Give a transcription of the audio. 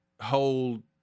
hold